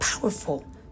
Powerful